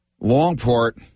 Longport